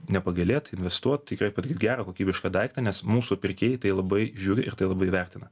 nepagailėt investuoti tikrai gerą kokybišką daiktą nes mūsų pirkėjai tai labai žiūri ir tai labai įvertina